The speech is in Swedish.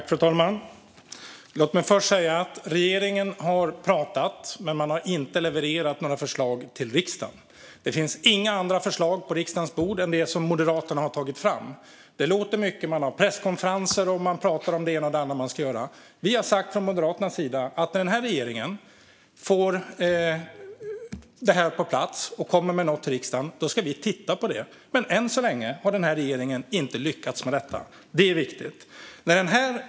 Fru talman! Regeringen har pratat, men har inte levererat några förslag till riksdagen. Det finns inga andra förslag på riksdagens bord än det som Moderaterna har tagit fram. Det låter mycket från regeringen. Man har presskonferenser och pratar om det ena och det andra man ska göra. Vi har sagt från Moderaternas sida att när regeringen får det här på plats och kommer med något till riksdagen ska vi titta på det. Men än så länge har regeringen inte lyckats med detta. Det är viktigt. Fru talman!